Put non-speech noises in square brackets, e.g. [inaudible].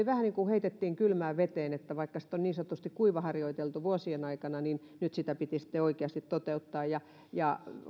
[unintelligible] vähän niin kuin heitettiin kylmään veteen eli vaikka sitä oli niin sanotusti kuivaharjoiteltu vuosien aikana niin nyt sitä piti sitten oikeasti toteuttaa